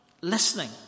listening